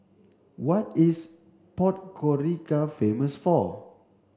what is Podgorica famous for